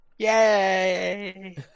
Yay